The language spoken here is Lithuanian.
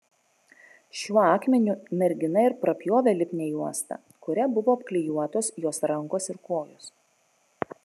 šiuo akmeniu mergina ir prapjovė lipnią juostą kuria buvo apklijuotos jos rankos ir kojos